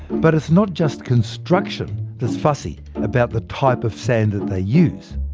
but it's not just construction that's fussy about the type of sand they use.